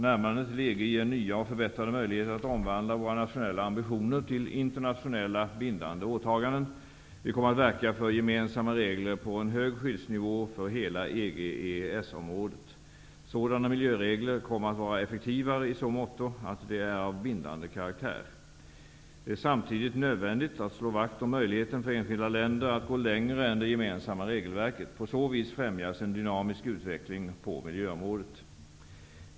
Närmandet till EG ger nya och förbättrade möjligheter att omvandla våra nationella ambitioner till internationella bindande åtaganden. Vi kommer att verka för gemensamma regler på en hög skyddsnivå för hela EG/EES området. Sådana miljöregler kommer att vara effektivare i så motto att de är av bindande karaktär. Det är samtidigt nödvändigt att slå vakt om möjligheten för enskilda länder att gå längre än det gemensamma regelverket. På så vis främjas en dynamisk utveckling på miljöområdet.